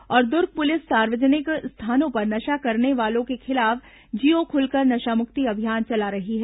और दुर्ग पुलिस सार्वजनिक स्थानों पर नशा करने वालों के खिलाफ जियो खुलकर नशामुक्ति अभियान चला रही है